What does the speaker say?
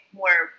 more